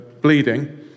bleeding